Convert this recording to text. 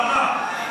אלמנה.